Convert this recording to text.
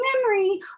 memory